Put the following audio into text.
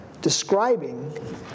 describing